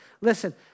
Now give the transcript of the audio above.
Listen